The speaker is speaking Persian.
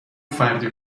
فردی